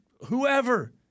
whoever